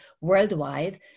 worldwide